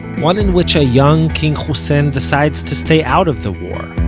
one in which a young king hussein decides to stay out of the war,